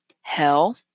hell